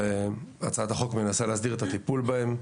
שהצעת החוק מנסה להסדיר את הטיפול בהם.